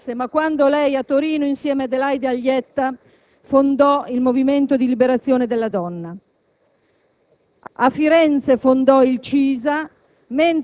Appartenevamo a pensieri e culture diverse, quando lei a Torino, insieme ad Adelaide Aglietta, fondò il Movimento di liberazione della donna.